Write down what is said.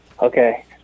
Okay